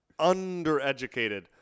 undereducated